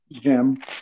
Jim